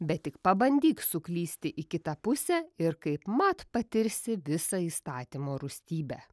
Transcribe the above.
bet tik pabandyk suklysti į kitą pusę ir kaipmat patirsi visą įstatymo rūstybę